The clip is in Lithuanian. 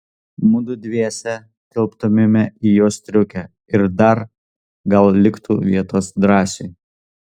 mudu dviese tilptumėme į jos striukę ir dar gal liktų vietos drąsiui